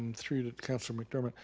through you to councilor mcdermott.